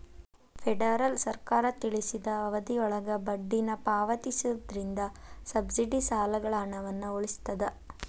federal ಸರ್ಕಾರ ತಿಳಿಸಿದ ಅವಧಿಯೊಳಗ ಬಡ್ಡಿನ ಪಾವತಿಸೋದ್ರಿಂದ ಸಬ್ಸಿಡಿ ಸಾಲಗಳ ಹಣವನ್ನ ಉಳಿಸ್ತದ